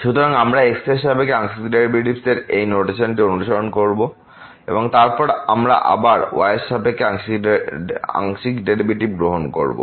সুতরাং আমরা x এর সাপেক্ষে আংশিক ডেরিভেটিভের এই নোটেশনটি অনুসরণ করব এবং তারপরে আমরা আবার y এর সাপেক্ষে আংশিক ডেরিভেটিভ গ্রহণ করব